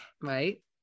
Right